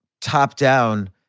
top-down